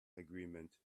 agreement